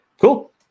cool